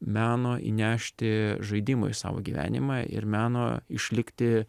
meno įnešti žaidimo į savo gyvenimą ir meno išlikti